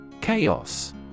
Chaos